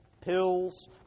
pills